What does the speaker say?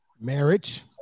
Marriage